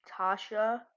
Tasha